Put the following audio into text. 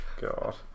God